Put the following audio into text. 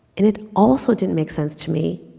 and it also didn't make sense to me,